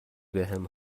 بهم